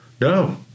No